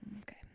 Okay